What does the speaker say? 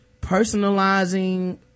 personalizing